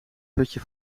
putje